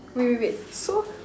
wait wait wait so